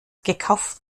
gekauft